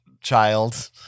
child